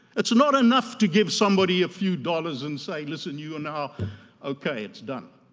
it's not enough to give somebody a few dollars and say listen, you are now okay, it's done